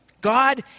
God